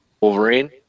Wolverine